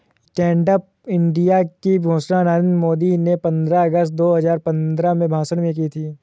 stand up India की घोषणा नरेंद्र मोदी ने पंद्रह अगस्त दो हजार पंद्रह में भाषण में की थी